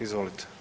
Izvolite.